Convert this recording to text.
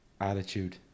attitude